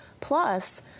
Plus